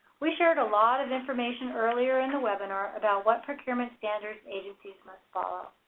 we shared a lot of information earlier in the webinar about what procurement standards agencies must follow.